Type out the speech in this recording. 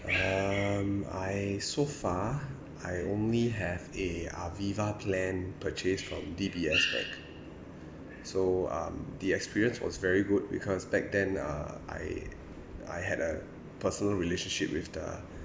um I so far I only have a aviva plan purchased from D_B_S bank so um the experience was very good because back then uh I I had a personal relationship with the